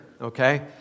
okay